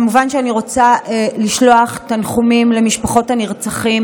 כמובן שאני רוצה לשלוח תנחומים למשפחות הנרצחים